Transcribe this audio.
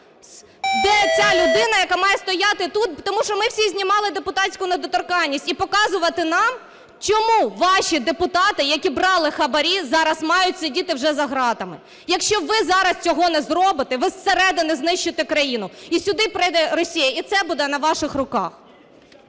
Де ця людина, яка має стояти тут, тому що ми всі знімали депутатську недоторканність, і показувати нам, чому ваші депутати, які брали хабарі, зараз мають сидіти вже за ґратами? Якщо ви зараз цього не зробите – ви зсередини знищити країну і сюди прийде Росія, і це буде на ваших руках.